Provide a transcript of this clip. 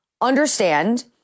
understand